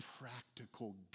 practical